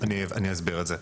אני אסביר את זה.